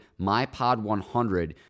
MYPOD100